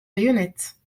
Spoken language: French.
bayonnette